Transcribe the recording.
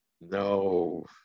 no